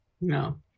No